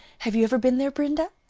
have you ever been there, brenda?